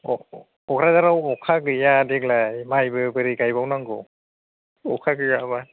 क'क्राझारावबो अखा गैया देग्लाय माइबो बोरै गायबाव नांगौ अखा गैयाबा